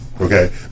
Okay